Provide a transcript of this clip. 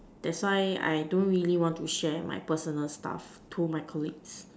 that's why I don't really want to share my personal stuff to my colleagues